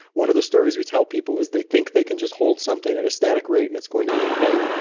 one of the stories we tell people is they think they can just hold something at a static rate, and it's going to be okay.